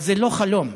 אבל זה לא חלום.